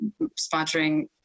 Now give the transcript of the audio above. sponsoring